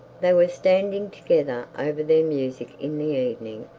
they were standing together over their music in the evening,